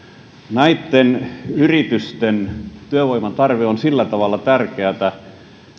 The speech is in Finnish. näitten yritysten työvoiman tarve on sillä tavalla tärkeätä